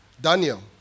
Daniel